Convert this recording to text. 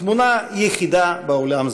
תמונה יחידה באולם זה.